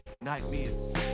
nightmares